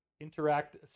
Interact